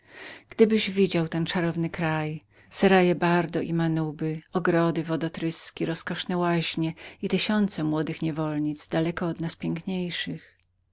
gdybyś widział ten czarowny kraj seraje bardu i manuby ogrody wodotryski rozkoszne łaźnie i tysiące młodych niewolnic daleko od nas piękniejszych